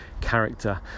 character